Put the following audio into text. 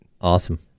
Awesome